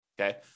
Okay